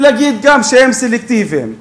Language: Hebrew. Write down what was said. ולהגיד גם שהם סלקטיביים.